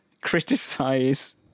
criticize